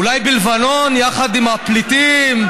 אולי בלבנון יחד עם הפליטים,